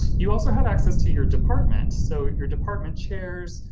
you also have access to your department, so your department chairs,